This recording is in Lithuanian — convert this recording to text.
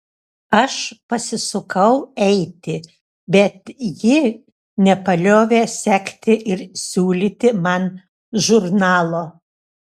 aš pasisukau eiti bet ji nepaliovė sekti ir siūlyti man žurnalo